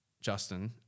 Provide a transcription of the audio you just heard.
Justin